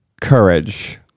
Courage